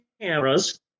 cameras